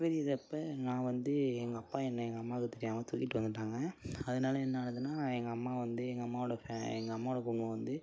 பிரிகிறப்ப நான் வந்து எங்கள் அப்பா என்னை எங்கள் அம்மாவுக்கு தெரியாமல் தூக்கிட்டு வந்துவிட்டாங்க அதனால என்னாகுதுன்னா எங்கள் அம்மா வந்து எங்கள் அம்மாவோடய எங்கள் அம்மாவோடய குடும்பம் வந்து